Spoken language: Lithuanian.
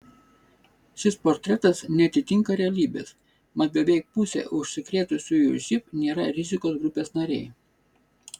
šis portretas neatitinka realybės mat beveik pusė užsikrėtusiųjų živ nėra rizikos grupės nariai